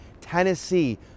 Tennessee